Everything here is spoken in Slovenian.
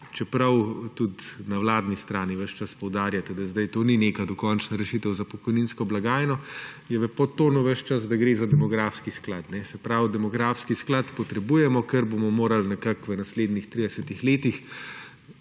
Čeprav tudi na vladni strani ves čas poudarjate, da zdaj to ni neka dokončna rešitev za pokojninsko blagajno, je v podtonu ves čas, da gre za demografski sklad. Se pravi, demografski sklad potrebujemo, ker bomo morali nekako v naslednjih 30 letih